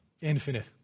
infinite